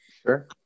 Sure